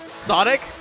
Sonic